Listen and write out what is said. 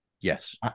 Yes